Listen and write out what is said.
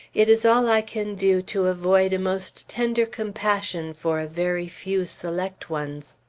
it is all i can do to avoid a most tender compassion for a very few select ones.